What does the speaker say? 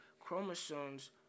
chromosomes